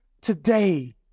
today